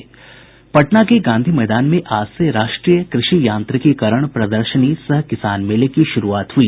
पटना के गांधी मैदान में आज से राष्ट्रीय कृषि यांत्रिकीकरण प्रदर्शनी सह किसान मेले की शुरूआत हुई